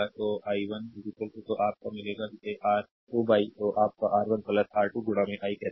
तो i1 तो आप का मिलेगा जिसे R2 तो आप का R1 R2 i कहते हैं